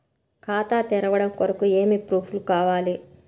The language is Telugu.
ఖాతా తెరవడం కొరకు ఏమి ప్రూఫ్లు కావాలి?